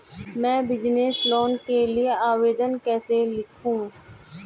मैं business loan के लिए आवेदन कैसे लिखूँ?